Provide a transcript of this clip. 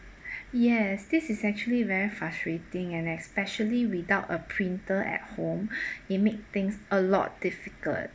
yes this is actually very frustrating and especially without a printer at home it make things a lot difficult